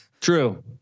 True